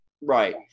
Right